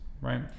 right